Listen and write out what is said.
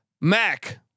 Mac